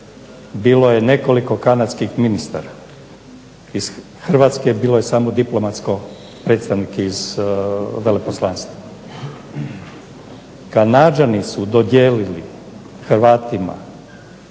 bilo je nekoliko kanadskih ministara, iz Hrvatske bilo je samo diplomatsko predstavnike iz veleposlanstva. Kanađani su dodijelili Hrvatima